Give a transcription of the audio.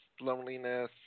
loneliness